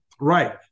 right